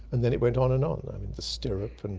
and then it went on and on the stirrup, and